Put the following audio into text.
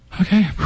Okay